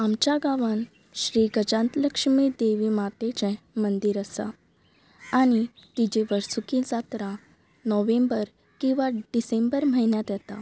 आमच्या गांवान श्रीगजांत लक्ष्मी देवी मातेचें मंदीर आसा आनी तिजे वर्सुकी जात्रा नोव्हेंबर किंवां डिसेंबर म्हयन्यात येता